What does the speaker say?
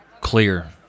clear